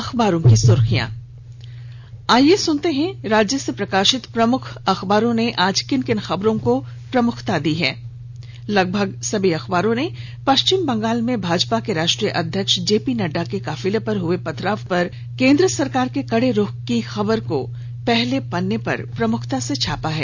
अखबारों की सुर्खियां आईये अब सुनते हैं राज्य से प्रकाशित प्रमुख अखबारों ने किन किन खबरों को प्रमुखता से छापा है राज्य से प्रकाशित लगभग सभी अखबारों ने पश्चिम बंगाल में भाजपा के राष्ट्रीय अध्यक्ष जेपी नड़डा के काफिले पर हुए पथराव को लेकर केंद्र सरकार के कड़े रुख की खबर को पहले पन्ने पर प्रमुखता से छापा है